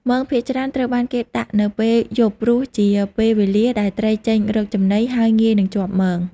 មងភាគច្រើនត្រូវបានគេដាក់នៅពេល យប់ ព្រោះជាពេលវេលាដែលត្រីចេញរកចំណី ហើយងាយនឹងជាប់មង។